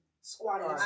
Squatting